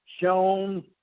shown